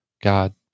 God